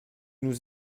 nous